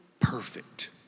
perfect